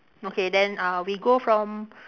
okay then uh we go from